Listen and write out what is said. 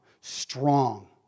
strong